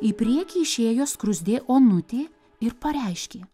į priekį išėjo skruzdė onutė ir pareiškė